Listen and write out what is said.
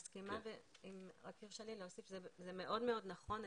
רק אם יורשה לי להוסיף, זה מאוד נכון.